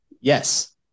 Yes